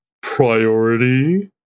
priority